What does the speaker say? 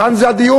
כאן זה הדיון,